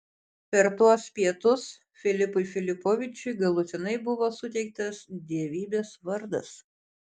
per tuos pietus filipui filipovičiui galutinai buvo suteiktas dievybės vardas